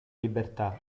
libertà